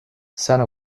sena